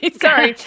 sorry